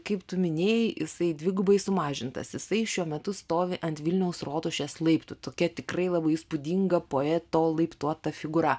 kaip tu minėjai jisai dvigubai sumažintas jisai šiuo metu stovi ant vilniaus rotušės laiptų tokia tikrai labai įspūdinga poeto laiptuota figūra